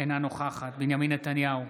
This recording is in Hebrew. אינה נוכחת בנימין נתניהו,